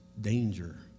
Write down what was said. danger